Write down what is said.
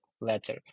letter